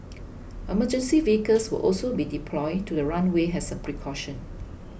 emergency vehicles will also be deployed to the runway as a precaution